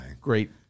Great